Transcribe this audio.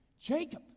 Jacob